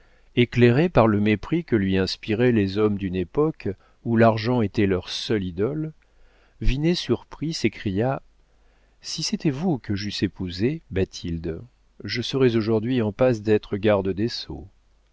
éclairée par le mépris que lui inspiraient les hommes d'une époque où l'argent était leur seule idole vinet surpris s'écria si c'était vous que j'eusse épousée bathilde je serais aujourd'hui en passe d'être garde des sceaux